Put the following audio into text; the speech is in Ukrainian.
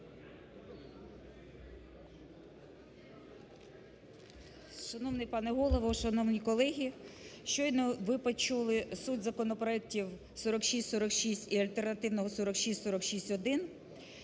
Шановний пане Голово! Шановні колеги! Щойно ви почули суть законопроектів 4646 і альтернативного 4646-1.